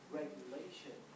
regulation